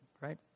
right